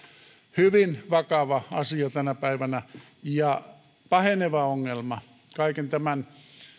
hyvin vakava asia tänä päivänä ja paheneva ongelma kaiken tämän